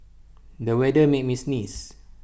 the weather made me sneeze